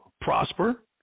prosper